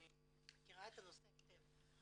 אני מכירה את הנושא היטב.